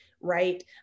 right